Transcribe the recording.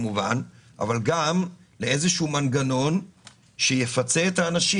אלא גם על איזה מנגנון שיפצה את האנשים